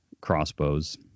crossbows